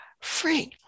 free